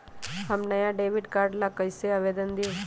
हम नया debit card ला कईसे आवेदन दिउ?